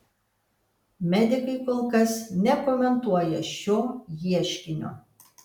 medikai kol kas nekomentuoja šio ieškinio